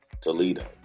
Toledo